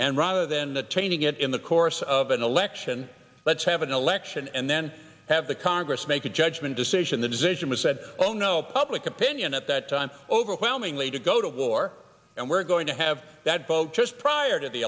and rather than that training it in the course of an election let's have an election and then have the congress make a judgment decision the decision was said oh no public opinion at that time overwhelmingly to go to war and we're going to have that vote just prior to the